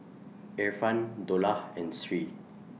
Irfan Dollah and Sri